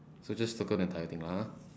so just circle the entire thing lah !huh!